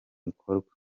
bikorwa